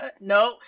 no